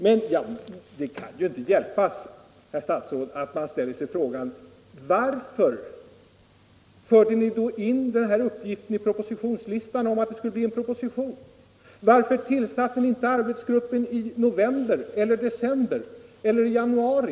Men det kan inte hjälpas, herr Aspling, att man ställer sig frågan: Varför förde ni då in uppgiften om att det skulle bli en proposition i propositionslistan? Varför tillsatte ni inte arbetsgruppen i november, december eller januari?